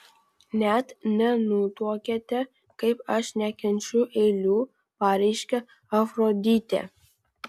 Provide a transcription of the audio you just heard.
net nenutuokiate kaip aš nekenčiu eilių pareiškė afroditė